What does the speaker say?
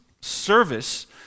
service